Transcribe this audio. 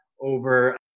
over